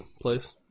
place